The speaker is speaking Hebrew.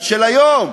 של היום,